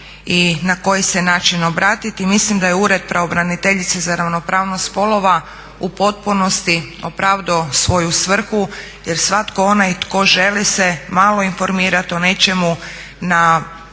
i na koji se način obratiti. I mislim da je Ured pravobraniteljice za ravnopravnost spolova u potpunosti opravdao svoju svrhu, jer svatko onaj tko želi se malo informirati o nečemu na